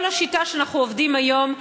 כל השיטה שאנחנו עובדים בה היום,